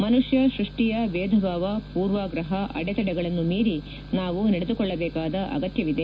ಮನುಷ್ಕ ಸೃಷ್ಷಿಯ ಭೇದಭಾವ ಪೂರ್ವಾಗ್ರಪ ಅಡೆತಡೆಗಳನ್ನು ಮೀರಿ ನಾವು ನಡೆದುಕೊಳ್ಳಬೇಕಾದ ಅಗತ್ಯವಿದೆ